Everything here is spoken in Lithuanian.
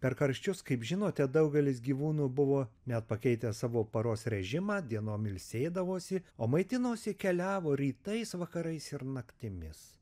per karščius kaip žinote daugelis gyvūnų buvo net pakeitę savo paros režimą dienom ilsėdavosi o maitinosi keliavo rytais vakarais ir naktimis